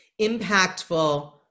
impactful